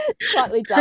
Slightly